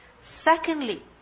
Secondly